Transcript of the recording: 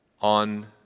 on